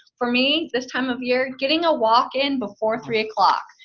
for me, this time of year getting a walk in before three o'clock,